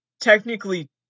technically